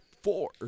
Four